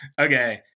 Okay